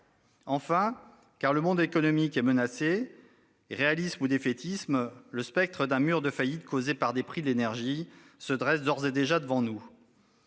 parce que le monde économique est menacé. Réalisme ou défaitisme, le spectre d'un mur des faillites causé par la hausse des prix de l'énergie se dresse d'ores et déjà devant nous.